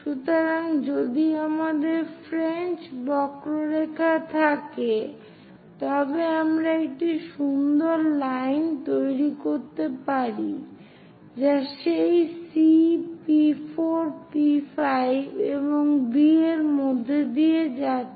সুতরাং যদি আমাদের ফ্রেঞ্চ বক্ররেখা থাকে তবে আমরা একটি সুন্দর লাইন তৈরি করতে পারি যা সেই C P4 P5 এবং B এর মধ্য দিয়ে যাচ্ছে